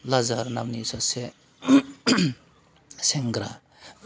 लाजाहार नामनि सासे सेंग्रा